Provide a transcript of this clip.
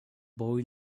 boy